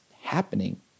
happening